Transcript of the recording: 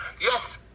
Yes